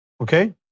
Okay